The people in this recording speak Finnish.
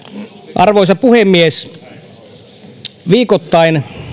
arvoisa puhemies viikoittain